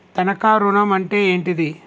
తనఖా ఋణం అంటే ఏంటిది?